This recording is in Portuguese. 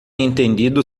entendido